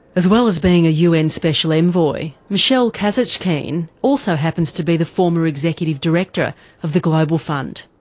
as well as being a un special envoy, michel kazatchkine also happens to be the former executive director of the global fund,